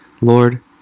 Lord